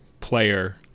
player